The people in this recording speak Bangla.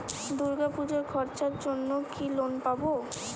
দূর্গাপুজোর খরচার জন্য কি লোন পাব?